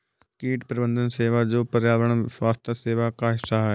कीट प्रबंधन सेवा जो पर्यावरण स्वास्थ्य सेवा का हिस्सा है